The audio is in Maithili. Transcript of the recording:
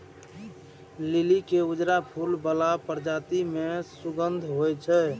लिली के उजरा फूल बला प्रजाति मे सुगंध होइ छै